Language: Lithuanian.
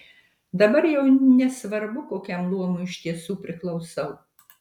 dabar jau nesvarbu kokiam luomui iš tiesų priklausau